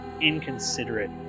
inconsiderate